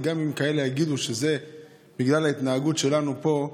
וגם אם יש כאלה שיגידו שזה בגלל ההתנהגות שלנו פה,